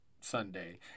Sunday